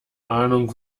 ahnung